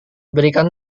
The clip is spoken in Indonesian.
berikan